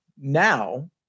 now